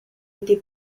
été